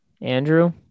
Andrew